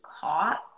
caught